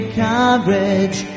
courage